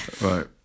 Right